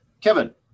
Kevin